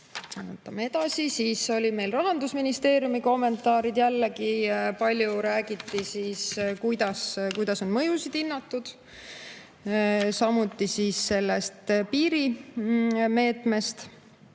Vaatame edasi. Siis olid meil Rahandusministeeriumi kommentaarid. Jällegi palju räägiti sellest, kuidas on mõjusid hinnatud, samuti sellest piirimeetmest,